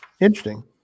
Interesting